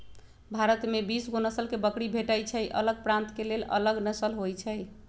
भारत में बीसगो नसल के बकरी भेटइ छइ अलग प्रान्त के लेल अलग नसल होइ छइ